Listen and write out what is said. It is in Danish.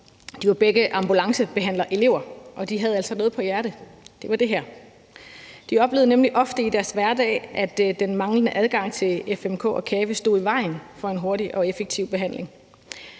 De var begge ambulancebehandlerelever, og de havde altså noget på hjerte, og det var, at de ofte oplevede i deres hverdag, at den manglende adgang til Fælles Medicinkort og CAVE stod i vejen for en hurtig og effektiv behandling.